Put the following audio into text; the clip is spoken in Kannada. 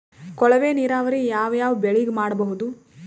ಕೊಳವೆ ನೀರಾವರಿ ಯಾವ್ ಯಾವ್ ಬೆಳಿಗ ಮಾಡಬಹುದು?